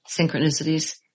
synchronicities